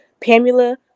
Pamela